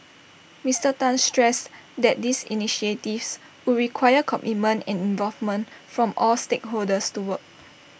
Mister Tan stressed that these initiatives would require commitment and involvement from all stakeholders to work